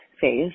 phase